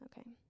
Okay